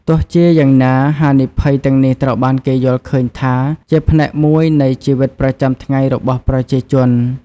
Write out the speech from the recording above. ទោះជាយ៉ាងណា ហានិភ័យទាំងនេះត្រូវបានគេយល់ឃើញថាជាផ្នែកមួយនៃជីវិតប្រចាំថ្ងៃរបស់ប្រជាជន។